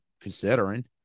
considering